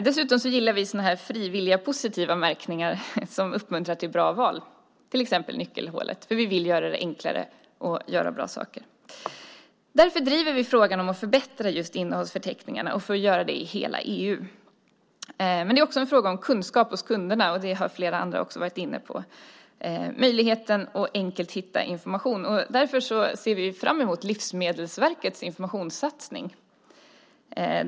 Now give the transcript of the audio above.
Dessutom gillar vi de frivilliga, positiva märkningar som uppmuntrar till bra val, till exempel nyckelhålet. Vi vill göra det enklare att välja bra saker, och därför driver vi också frågan om att förbättra innehållsförteckningarna och att göra det i hela EU. Men det är också fråga om kunskap hos kunderna, som flera andra har varit inne på, och möjligheten att enkelt hitta information. Därför ser vi fram emot Livsmedelsverkets informationssatsning.